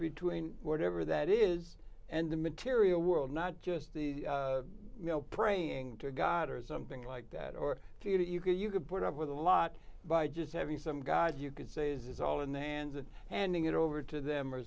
between whatever that is and the material world not just the male praying to god or something like that or do you that you could you could put up with a lot by just having some god you could say it's all in the hands of handing it over to them or